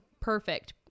perfect